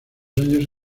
años